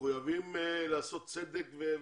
מחויבים לעשות צדק.